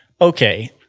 okay